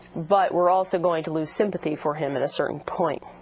but we're also going to lose sympathy for him at a certain point.